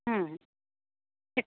হ্যাঁ